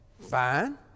Fine